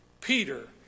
Peter